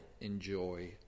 enjoy